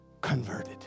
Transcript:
converted